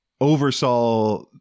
oversaw